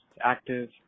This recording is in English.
active